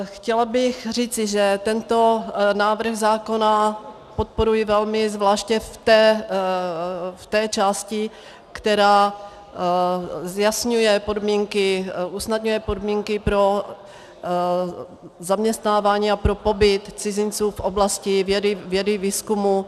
Chtěla bych říci, že tento návrh zákona podporuji velmi zvláště v té části, která zjasňuje, usnadňuje podmínky pro zaměstnávání a pro pobyt cizinců v oblasti vědy, výzkumu.